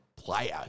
player